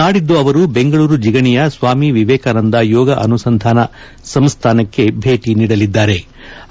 ನಾಡಿದ್ದು ಅವರು ಬೆಂಗಳೂರು ಜಿಗಣಿಯ ಸ್ವಾಮಿ ವಿವೇಕಾನಂದ ಯೋಗ ಅನುಸಂಧಾನ ಸಂಸ್ಲಾನಕ್ಕೆ ಭೇಟಿ ನೀಡಲಿದ್ಲಾರೆ